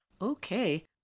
Okay